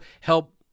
help